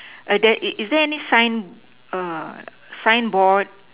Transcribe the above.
err there is is there any sign err signboard